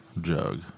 jug